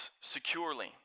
securely